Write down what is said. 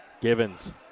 Givens